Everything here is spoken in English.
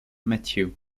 matthew